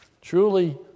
truly